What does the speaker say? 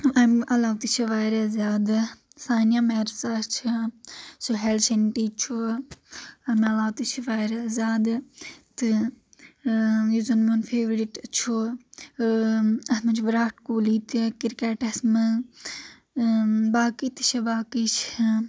امہِ علاوٕ تہِ چھِ واریاہ زیادٕ سانیا مرزا چھِ سُہیل شنڈی چھُ امہِ علاوٕ تہِ چھِ واریاہ زیادٕ تہٕ اۭں یُس زن میون فیورٹ چھُ اتھ منٛز چھُ وراٹھ کوہلی تہِ کرکیٚٹس منٛز باقٕے تہِ چھِ باقٕے چھِ